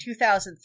2003